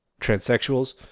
transsexuals